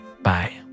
Bye